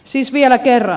siis vielä kerran